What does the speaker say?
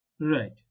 Right